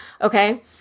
Okay